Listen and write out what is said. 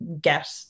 get